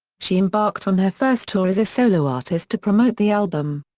she embarked on her first tour as a solo artist to promote the album.